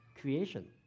creation